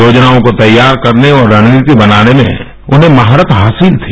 योजनाओं को तैयार करने और रणनीति बनाने में उन्हें महारत हासिल थी